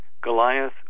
Goliath